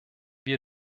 wir